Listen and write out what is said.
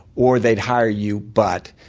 or they'd hire you but.